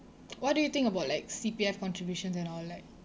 what do you think about like C_P_F contributions and all that